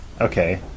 Okay